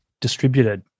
distributed